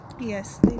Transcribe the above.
Yes